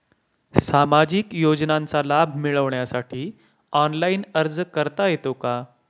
सामाजिक योजनांचा लाभ मिळवण्यासाठी ऑनलाइन अर्ज करता येतो का?